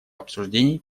обсуждений